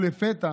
לפתע,